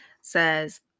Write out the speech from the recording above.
says